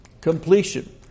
Completion